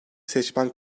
seçmen